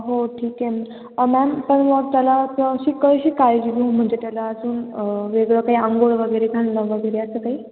हो ठीक आहे मॅम पण मग त्याला अशी कशी काळजी घेऊ म्हणजे त्याला अजून वेगळं काही आंघोळ वगैरे घालणं वगैरे असं काही